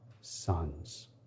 sons